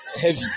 heavy